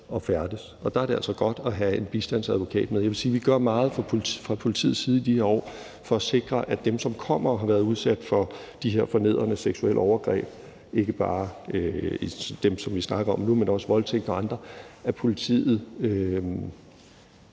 at færdes. Der er det altså godt at have en bistandsadvokat med. Jeg vil sige: Man gør meget fra politiets side i de her år for at sikre, at de forstår, at dem, som kommer og har været udsat for de her fornedrende seksuelle overgreb – ikke bare dem, som vi snakker om nu, men også dem, som har været